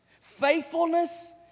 faithfulness